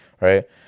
right